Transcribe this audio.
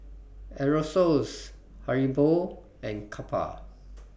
Aerosoles Haribo and Kappa